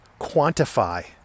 quantify